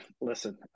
listen